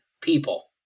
people